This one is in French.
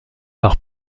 par